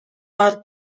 are